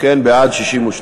התשע"ג 2013,